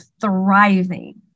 thriving